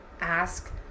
Ask